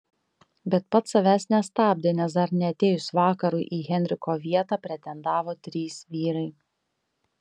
bet pats savęs nestabdė nes dar neatėjus vakarui į henriko vietą pretendavo trys vyrai